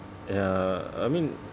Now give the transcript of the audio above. ya I mean